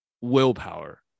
willpower